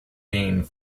being